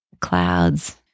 clouds